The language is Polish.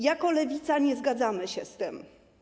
Jako Lewica nie zgadzamy się z tym.